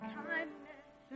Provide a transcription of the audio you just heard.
kindness